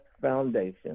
Foundation